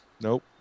Nope